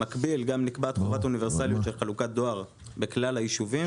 במקביל גם נקבעה תחולת אוניברסליות של חלוקת דואר בכלל היישובים